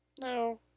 No